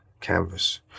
canvas